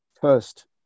First